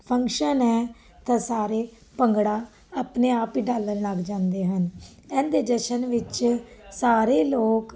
function ਹੈ ਤਾਂ ਸਾਰੇ ਭੰਗੜਾ ਆਪਣੇ ਆਪ ਹੀ ਡਾਲਨ ਲੱਗ ਜਾਂਦੇ ਹਨ ਇਹਦੇ ਜਸ਼ਨ ਵਿੱਚ ਸਾਰੇ ਲੋਕ